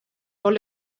while